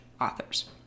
AUTHORS